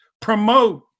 promote